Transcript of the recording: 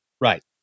Right